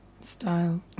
Style